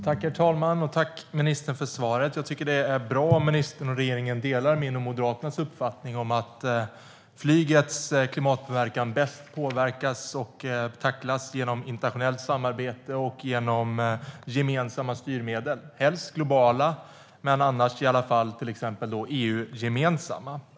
Herr talman! Tack, ministern, för svaret! Jag tycker att det är bra om ministern och regeringen delar min och Moderaternas uppfattning att flygets klimatpåverkan bäst påverkas och tacklas genom internationellt samarbete och gemensamma styrmedel, helst globala men annars till exempel EU-gemensamma.